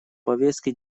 повестке